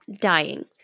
dying